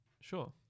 Sure